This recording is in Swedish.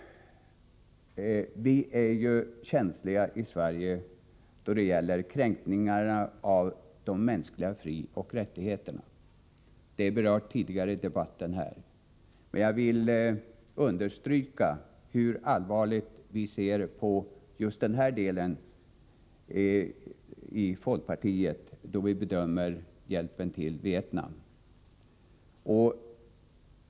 Vi är ju i Sverige känsliga då det gäller kränkningar av de mänskliga frioch rättigheterna. Frågan har berörts tidigare i debatten, men jag vill understryka hur allvarligt vi i folkpartiet ser på just detta då vi bedömer hjälpen till Vietnam.